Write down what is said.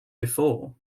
before